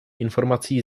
informací